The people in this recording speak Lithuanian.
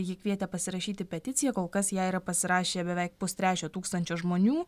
ji kvietė pasirašyti peticiją kol kas ją yra pasirašę beveik pustrečio tūkstančio žmonių